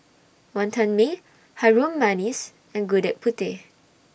Wonton Mee Harum Manis and Gudeg Putih